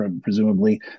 presumably